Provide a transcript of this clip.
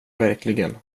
verkligen